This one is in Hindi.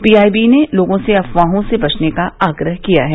पीआईबी ने लोगों से अफवाहों से बचने का आग्रह किया है